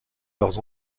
leurs